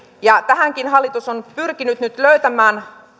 tähänkin hallitus on pyrkinyt nyt löytämään